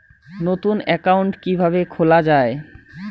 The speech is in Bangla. নতুন একাউন্ট কিভাবে খোলা য়ায়?